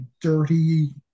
dirty